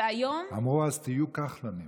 והיום, אמרו אז: תהיו כחלונים.